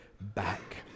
back